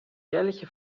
jährliche